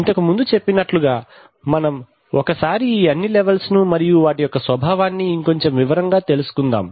ఇంతకుముందు చెప్పినట్లుగా మనం ఒకసారి ఈ అన్ని లెవెల్స్ ను మరియు వాటి యొక్క స్వభావాన్ని ఇంకొంచెం వివరంగా తెలుసుకుందాం